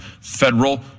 federal